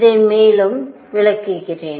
இதை மேலும் விளக்குகிறேன்